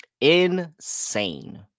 Insane